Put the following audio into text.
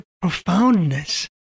profoundness